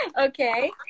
Okay